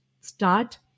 start